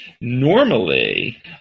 normally